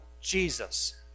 Jesus